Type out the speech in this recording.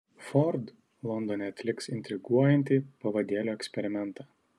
ford londone atliks intriguojantį pavadėlio eksperimentą